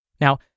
Now